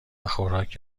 خوراک